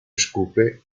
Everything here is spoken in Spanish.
escupe